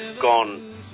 gone